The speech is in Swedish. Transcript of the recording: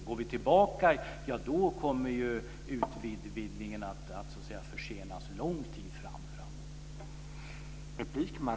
Går vi tillbaka kommer utvidgningen att försenas en lång tid framåt.